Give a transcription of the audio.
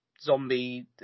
zombie